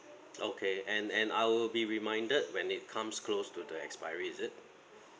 okay and and I will be reminded when it comes close to the expiry is it